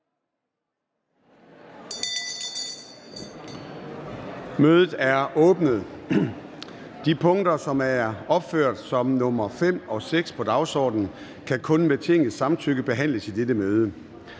(Søren Gade): De punkter, som er opført som nr. 5 og 6 på dagsordenen, kan kun med Tingets samtykke behandles i dette møde.